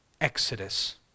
exodus